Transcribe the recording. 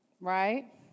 Right